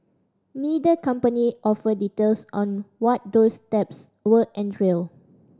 neither company offered details on what those steps will entail